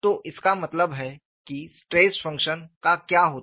तो इसका मतलब है किस्ट्रेस फंक्शन का क्या होता है